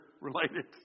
related